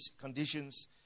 conditions